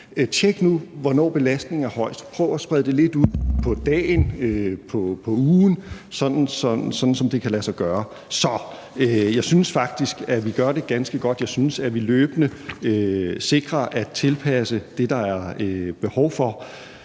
Tjek nu, hvornår belastningen er højest; prøv at sprede det lidt ud på dagen og ugen, som det nu kan lade sig gøre. Så jeg synes faktisk, at vi gør det ganske godt. Jeg synes, at vi løbende sikrer at tilpasse det til det, der er behov for.